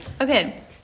Okay